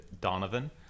donovan